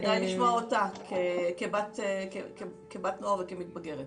כדאי לשמוע אותה כבת נוער וכמתבגרת.